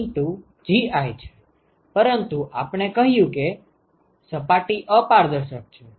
પરંતુ આપણે કહ્યું કે સપાટી અપારદર્શક છે